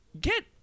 get